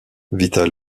vital